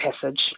passage